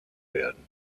werden